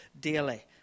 daily